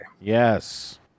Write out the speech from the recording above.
yes